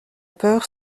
peur